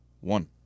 One